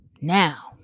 now